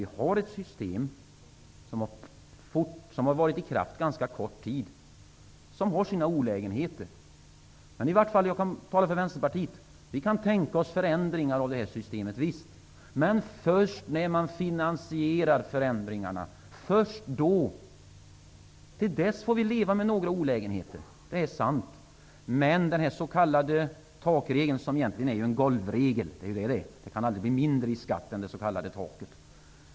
Vi har ett system som varit i kraft ganska kort tid och som har sina olägenheter. Vänsterpartiet kan tänka sig förändringar av det här systemet, men först när man finansierar förändringarna. Till dess får vi leva med några olägenheter, så är det. Den s.k. takregeln är egentligen en golvregel -- det kan aldrig bli mindre i skatt än det s.k. taket.